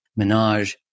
Minaj